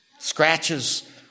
Scratches